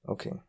Okay